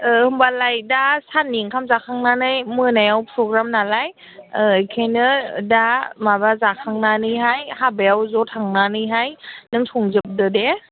औ होम्बालाय दा साननि ओंखाम जाखांनानै मोनायाव प्रग्राम नालाय बेखायनो दा माबा जाखांनानैहाय हाबायाव ज' थांनानैहाय नों संजोबदो दे